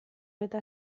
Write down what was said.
eta